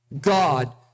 God